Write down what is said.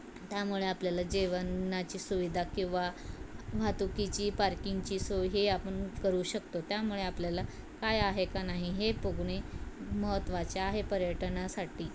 त्यामुळे आपल्याला जेवणाची सुविधा किंवा वाहतुकीची पार्किंगची सोय हे आपण करू शकतो त्यामुळे आपल्याला काय आहे का नाही हे बघणे महत्त्वाचे आहे पर्यटनासाठी